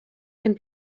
can